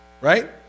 right